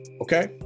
Okay